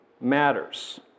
matters